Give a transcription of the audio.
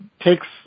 takes